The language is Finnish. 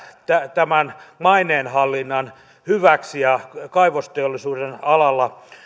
tämän maineenhallinnan hyväksi ja kaivosteollisuuden alalla